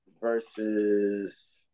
versus